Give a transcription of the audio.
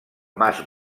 mas